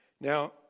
Now